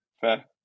Fair